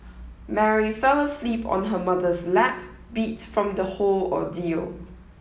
Mary fell asleep on her mother's lap beat from the whole ordeal